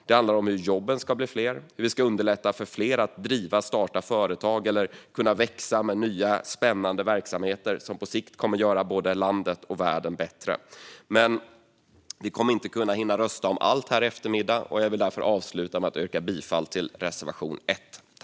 Det handlar om hur jobben ska bli fler och hur vi ska underlätta för fler att driva och starta företag eller växa med nya och spännande verksamheter som på sikt kommer att göra både landet och världen bättre. Vi kommer inte att hinna rösta om allt här i eftermiddag, och jag vill därför avsluta med att yrka bifall endast till reservation 1.